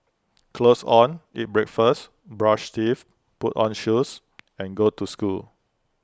clothes on eat breakfast brush teeth put on shoes and go to school